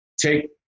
take